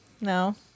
No